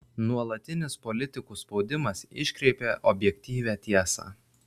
nuolatinis politikų spaudimas iškreipia objektyvią tiesą